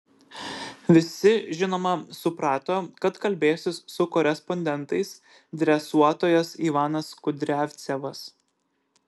visi žinoma suprato kad kalbėsis su korespondentais dresuotojas ivanas kudriavcevas